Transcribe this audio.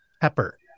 Pepper